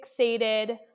fixated